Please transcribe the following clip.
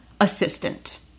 assistant